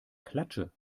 klatsche